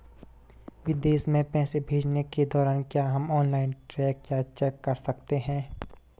विदेश में पैसे भेजने के दौरान क्या हम ऑनलाइन ट्रैक या चेक कर सकते हैं?